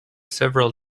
several